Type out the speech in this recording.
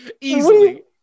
easily